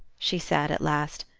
she said, at last,